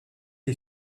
est